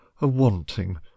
a-wanting